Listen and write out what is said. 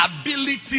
ability